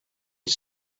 his